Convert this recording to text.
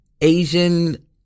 Asian